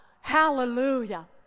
hallelujah